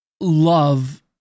love